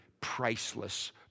priceless